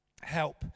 help